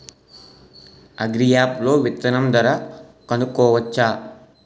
Agri app లో విత్తనం ధర కనుకోవచ్చా?